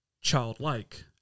childlike